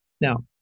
now